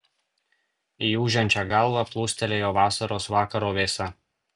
į ūžiančią galvą plūstelėjo vasaros vakaro vėsa